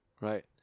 right